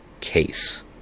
case